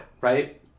right